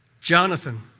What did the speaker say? Jonathan